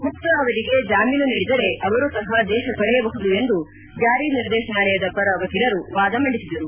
ಗುಪ್ತ ಅವರಿಗೆ ಜಾಮೀನು ನೀಡಿದರೆ ಅವರೂ ಸಹ ದೇಶ ತೊರೆಯಬಹುದು ಎಂದು ಜಾರಿ ನಿರ್ದೇಶನಾಲಯದ ಪರ ವಕೀಲರು ವಾದ ಮಂಡಿಸಿದರು